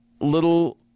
little